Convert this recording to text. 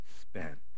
spent